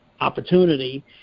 opportunity